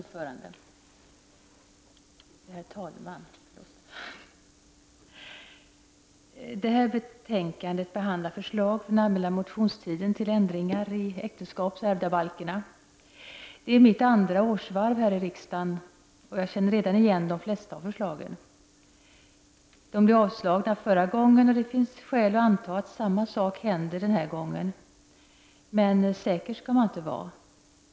Herr talman! Det här betänkandet behandlar förslag, som lagts fram under den allmänna motionstiden, till ändringar i äktenskapsoch ärvdabalkarna. Det är mitt andra årsvarv här i riksdagen och jag känner redan igen de flesta förslagen. De blev avslagna förra gången och det finns skäl att anta att samma sak händer den här gången — men säker skall man inte vara.